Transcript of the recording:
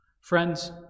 Friends